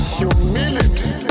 humility